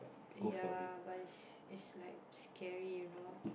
ya but is is like scary you know